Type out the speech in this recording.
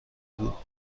بود